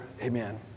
Amen